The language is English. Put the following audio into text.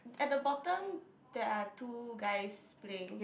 at the bottom there are two guys playing